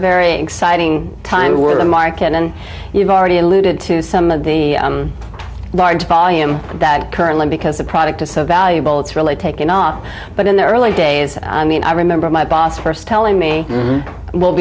very exciting time where the market and you've already alluded to some of the large volume that currently because a product to so valuable it's really taken off but in the early days i mean i remember my boss st telling me w